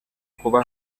kuba